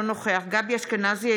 אינו נוכח גבי אשכנזי,